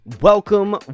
Welcome